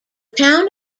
town